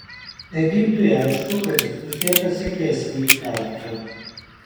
egiptui aišku kad diskusija pasiekė esminį tašką